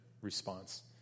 response